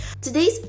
Today's